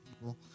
people